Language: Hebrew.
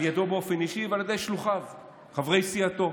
על ידו באופן אישי ועל ידי שלוחיו חברי סיעתו.